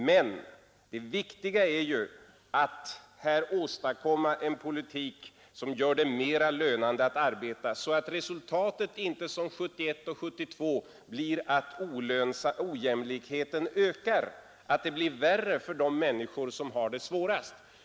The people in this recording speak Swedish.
Men det viktiga är ju att här åstadkomma en politik som gör det mera lönande att arbeta, så att resultatet inte som 1971 och 1972 blir att ojämlikheten ökar, att det blir värre för de människor som har det svårast.